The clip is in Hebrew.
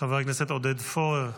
חבר הכנסת עודד פורר,